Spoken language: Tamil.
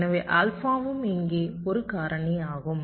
எனவே ஆல்பாவும் இங்கே ஒரு காரணியாகும்